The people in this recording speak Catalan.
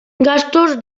gastos